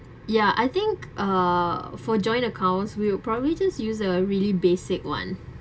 ya I think uh for joint accounts we will probably just use the really basic one